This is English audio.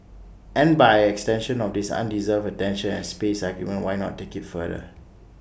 and by extension of this undeserved attention and space argument why not take IT further